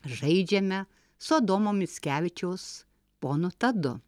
žaidžiame su adomo mickevičiaus ponu tadu